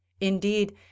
Indeed